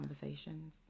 conversations